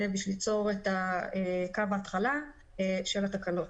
זה בשביל ליצור את קו ההתחלה של התקנות,